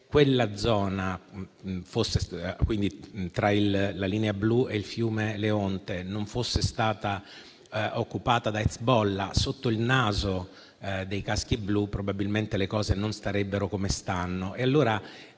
se quella zona tra la linea blu e il fiume Leonte non fosse stata occupata da Hezbollah sotto il naso dei caschi blu, probabilmente le cose non starebbero come stanno.